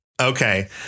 Okay